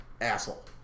Asshole